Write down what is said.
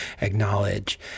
acknowledge